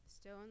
Stone